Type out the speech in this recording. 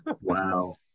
Wow